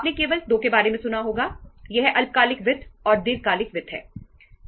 आपने केवल 2 के बारे में सुना होगा यह अल्पकालिक वित्त और दीर्घकालिक वित्त है